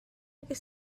ges